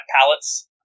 pallets